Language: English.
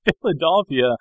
Philadelphia